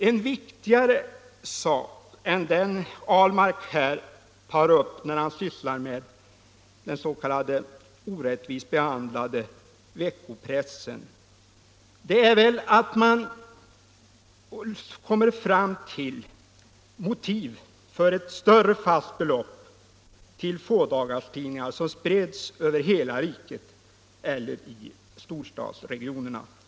En viktigare sak än den som herr Ahlmark här tar upp, när han sysslar med den s.k. orättvist behandlade veckopressen, är väl att man kommer fram till motiv för ett större fast belopp till fådagarstidningar som sprids över hela riket eller i storstadsregionerna.